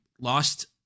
lost